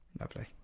Lovely